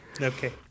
Okay